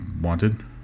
Wanted